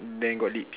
then got lips